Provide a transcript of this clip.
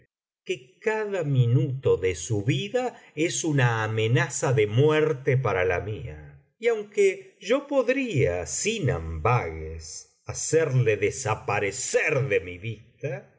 que cada minuto de su vida es una amenaza de muerte para la mía y aunque yo podría sin ambages hacerle desaparecer de mi vista